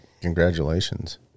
Congratulations